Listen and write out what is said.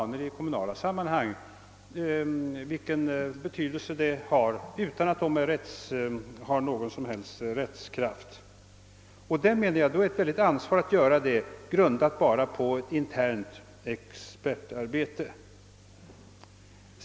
Vi "vet vilken betydelse planarbeten får i kommunala sammanhang, utan att de har någon som helst rättsligt bindande kraft. Man tar därför på sig ett mycket stort ansvar om man lämnar ut planskisser, som enbart är grundade på expertarbete.